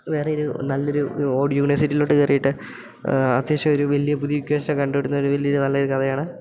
വേറെയൊരു നല്ലൊരു ഓഡ് യൂണിവേഴ്സിറ്റിയിലോട്ട് കയറിയിട്ട് അത്യാവശ്യം ഒരു വലിയ പുതിയ ഇക്വേഷൻ കണ്ടുപിടിക്കുന്നൊരു വലിയൊരു നല്ലൊരു കഥയാണ്